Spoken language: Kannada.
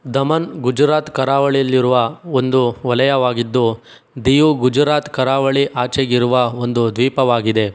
ದಮನ್ ಗುಜರಾತ್ ಕರಾವಳಿಯಲ್ಲಿರುವ ಒಂದು ವಲಯವಾಗಿದ್ದು ದಿಯು ಗುಜರಾತ್ ಕರಾವಳಿ ಆಚೆಗಿರುವ ಒಂದು ದ್ವೀಪವಾಗಿದೆ